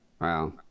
Wow